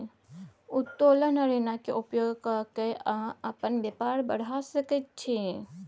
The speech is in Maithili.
उत्तोलन ऋणक उपयोग क कए अहाँ अपन बेपार बढ़ा सकैत छी